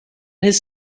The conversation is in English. his